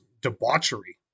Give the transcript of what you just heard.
debauchery